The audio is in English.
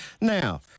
Now